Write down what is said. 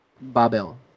barbell